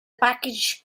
package